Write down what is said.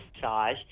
massage